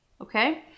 Okay